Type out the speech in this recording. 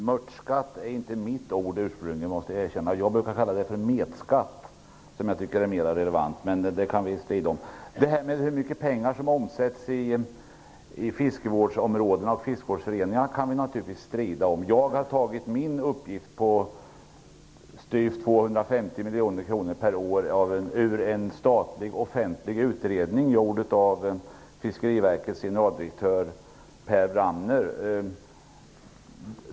Herr talman! Jag måste erkänna att "mörtskatt" ursprungligen inte är mitt ord. Jag brukar kalla det för "metskatt", vilket jag tycker är mera relevant. Men det kan vi strida om. Också om hur mycket pengar som omsätts i fiskevårdsområdena och i fiskevårdsföreningarna kan vi strida. Jag har hämtat min uppgift om drygt 250 miljoner kronor per år från en statlig utredning gjord av Fiskeriverkets generaldirektör Per Wramner.